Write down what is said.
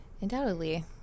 undoubtedly